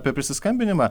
apie prisiskambinimą